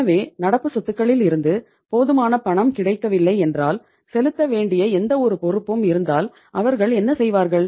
எனவே நடப்பு சொத்துக்களில் இருந்து போதுமான பணம் கிடைக்கவில்லை என்றால் செலுத்த வேண்டிய எந்தவொரு பொறுப்பும் இருந்தால் அவர்கள் என்ன செய்வார்கள்